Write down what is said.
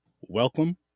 Welcome